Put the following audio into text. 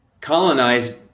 colonized